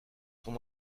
sont